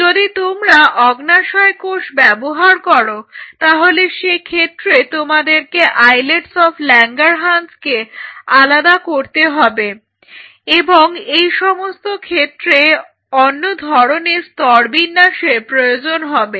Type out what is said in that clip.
যদি তোমরা অগ্ন্যাশয় কোষ ব্যবহার করো তাহলে সেক্ষেত্রে তোমাদেরকে আইলেটস অব ল্যাঙ্গারহ্যান্সকে আলাদা করতে হবে এবং এই সমস্ত ক্ষেত্রে অন্য ধরনের স্তরবিন্যাসের প্রয়োজন হবে